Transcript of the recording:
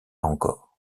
encore